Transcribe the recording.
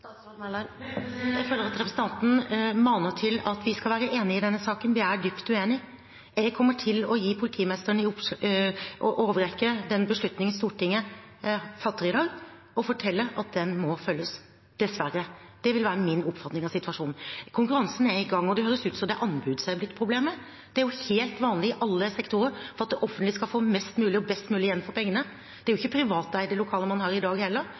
Jeg føler at representanten maner til at vi skal være enige i denne saken. Vi er dypt uenige. Jeg kommer til å overrekke politimesteren i Oslo den beslutningen Stortinget fatter i dag, og fortelle at den må følges – dessverre. Det vil være min oppfatning av situasjonen. Konkurransen er i gang, og det høres ut som om det er anbud som er blitt problemet. Det er jo helt vanlig i alle sektorer, for at det offentlige skal få mest mulig – og best mulig – igjen for pengene. Det er ikke offentlig eide lokaler man har i dag heller.